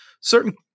certain